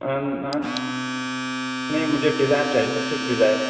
نہیں مجھے ڈیزائر چاہیے تھی سویفٹ ڈیزائر